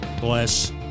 bless